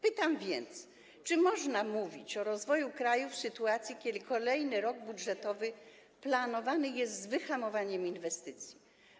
Pytam więc, czy można mówić o rozwoju kraju w sytuacji, kiedy kolejny rok budżetowy planowany jest z wyhamowaniem inwestycji?